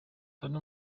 tonny